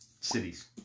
Cities